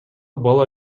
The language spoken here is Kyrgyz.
бала